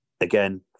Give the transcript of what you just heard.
again